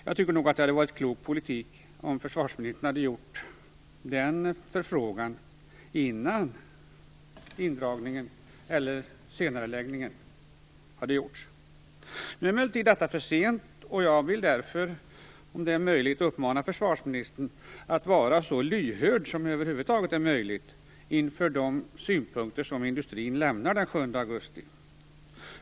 Jag tycker nog att det hade varit klok politik om försvarsministern hade gjort denna förfrågan innan indragningen, eller senareläggningen, hade gjorts. Nu är emellertid detta för sent, och jag vill därför om möjligt uppmana försvarsministern att vara så lyhörd som över huvud taget är möjligt inför de synpunkter som industrin lämnar den 7 augusti.